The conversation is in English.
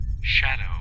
Shadow